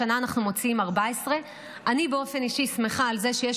השנה אנחנו מוציאים 14. אני באופן אישי שמחה על זה שיש